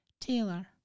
Taylor